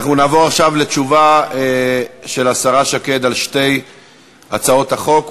אנחנו נעבור עכשיו לתשובה של השרה שקד על שתי הצעות החוק,